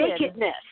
nakedness